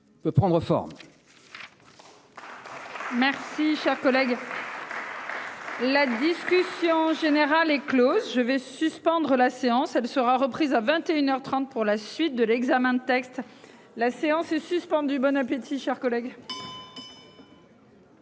peut prendre forme.